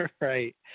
Right